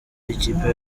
ikipe